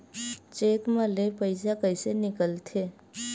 Cheque म ले पईसा कइसे निकलथे?